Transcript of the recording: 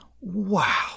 Wow